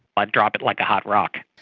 i'd drop it like a hot rock.